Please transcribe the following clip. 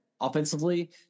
offensively